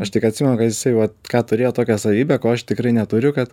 aš tik atsimenu kad jisai va ką turėjo tokią savybę ko aš tikrai neturiu kad